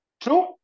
True